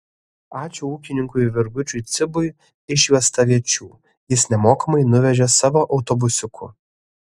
ačiū ūkininkui virgučiui cibui iš juostaviečių jis nemokamai nuvežė savo autobusiuku